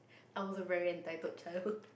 I was a very entitled child